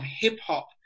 hip-hop